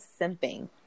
simping